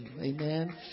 Amen